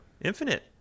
Infinite